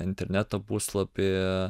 interneto puslapį